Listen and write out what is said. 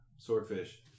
Swordfish